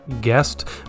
guest